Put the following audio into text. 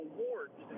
Awards